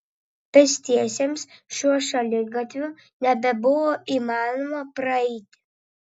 pėstiesiems šiuo šaligatviu nebebuvo įmanoma praeiti